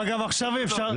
אבל גם עכשיו אי אפשר.